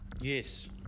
Yes